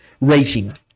rating